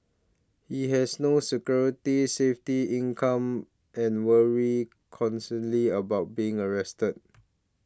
he has no security safety income and worried constantly about being arrested